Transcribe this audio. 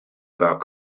about